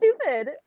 stupid